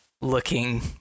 looking